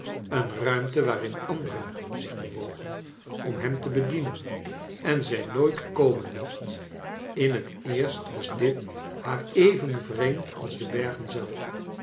een ruimte waarin anderen zich bewogen om hem te bedienen en zij nooit komen mocht in het eerst was dit haar even vreemd als de bergen zelf